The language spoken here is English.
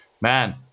man